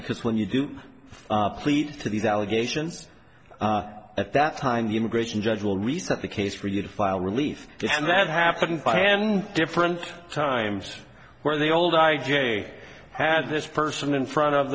because when you do plead to these allegations at that time the immigration judge will reset the case for you to file relief and that happened by hand different times where the old i j had this person in front of